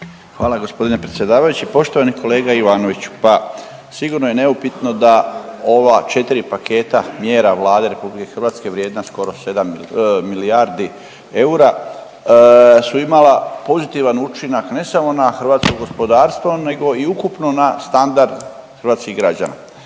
Hvala gospodine predsjedavajući. Poštovani kolega Ivanoviću, pa sigurno je neupitno da ova četiri paketa mjera Vlade Republike Hrvatske vrijedna skoro 7 milijardi eura su imala pozitivan učinak ne samo na hrvatsko gospodarstvo, nego i ukupno na standard hrvatskih građana.